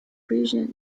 prison